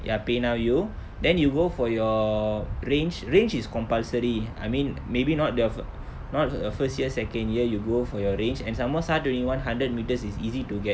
ya PayNow you then you go for your range range is compulsory I mean maybe not they're not the fir~ not the first year second year you go for your range and some more S_A_R twenty one hundred metres it's easy to get